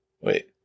wait